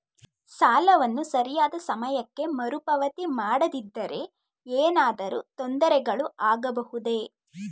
ಸಾಲವನ್ನು ಸರಿಯಾದ ಸಮಯಕ್ಕೆ ಮರುಪಾವತಿ ಮಾಡದಿದ್ದರೆ ಏನಾದರೂ ತೊಂದರೆಗಳು ಆಗಬಹುದೇ?